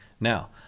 Now